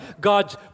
God's